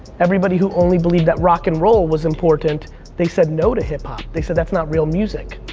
everybody who only believed that rock and roll was important they said no to hip-hop, they said that's not real music.